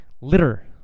litter